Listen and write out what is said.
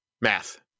Math